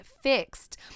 fixed